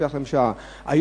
שעה,